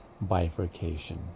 bifurcation